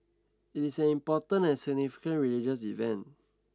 it is an important and significant religious event